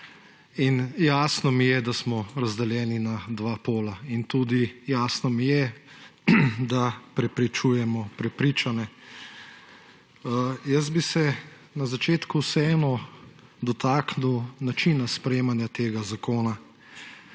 in jasno mi je, da smo razdeljeni na dva pola, in tudi jasno mi je, da prepričujemo prepričane. Na začetku bi se vseeno dotaknil načina sprejemanja tega zakona.